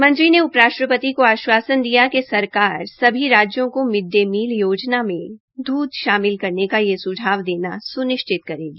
मंत्री ने उप राष्ट्रपति को आश्वासन दिया कि सरकार सरकार को मिड डे मील योजना में दूध शामिल करने का यह सुझाव देना सुनिश्चित करेगी